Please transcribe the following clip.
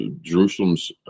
Jerusalem's